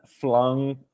flung